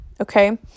okay